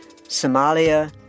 Somalia